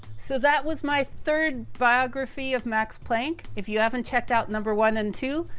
so, that was my third biography of max planck. if you haven't checked out number one and two,